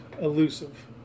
elusive